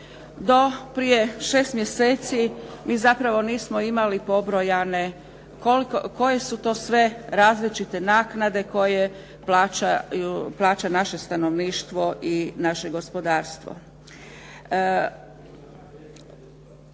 prije šest mjeseci mi zapravo nismo imali pobrojane koje su to sve različite naknade koje plaća naše stanovništvo i naše gospodarstvo.